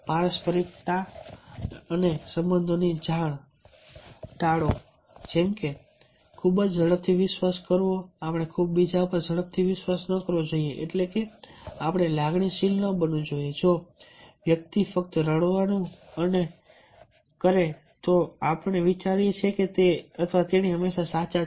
પારસ્પરિકતા અને સંબંધોની જાળ ટાળો જેમ કે ખૂબ ઝડપથી વિશ્વાસ કરવો આપણે ખૂબ બીજા પર ઝડપથી વિશ્વાસ ન કરવો જોઈએ એટલે કે આપણે લાગણીશીલ ન બનવું જોઈએ જો કોઈ વ્યક્તિ ફક્ત રડવાનું અને કરે છે તો આપણે વિચારીએ છીએ કે તે અથવા તેણી હંમેશા સાચા છે